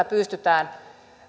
pystytään